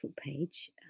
page